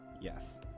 Yes